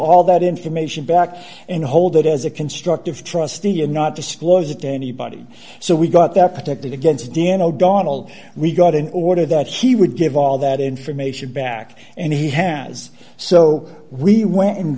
all that information back and hold it as a constructive trustee and not disclose it to anybody so we got that protected against d n o'donnell we got an order that he would give all that information back and he hands so we went and